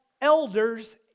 elders